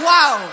Wow